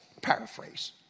paraphrase